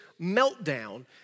meltdown